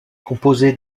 composée